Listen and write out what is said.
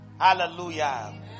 Hallelujah